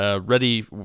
Ready